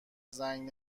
زنگ